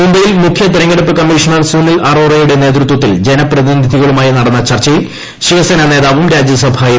മുംബെയ്യിൽ മുഖ്യതെരഞ്ഞെടുപ്പ് കമ്മീഷണർ സുനിൽ അറോറയുടെ ് നേതൃത്വത്തിൽ ജനപ്രതിനിധികളുമായി നടന്ന ചർച്ചയിൽ ശിവസേന നേതാവും രാജ്യസഭാ എം